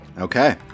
Okay